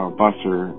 busser